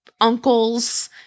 uncles